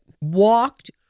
Walked